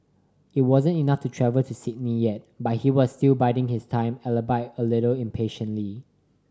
it wasn't enough to travel to Sydney yet but he was still biding his time albeit a little impatiently